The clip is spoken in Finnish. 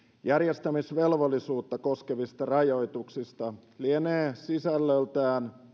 järjestämisvelvollisuutta koskevista rajoituksista lienee sisällöltään